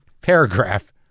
paragraph